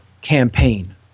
campaign